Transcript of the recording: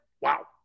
wow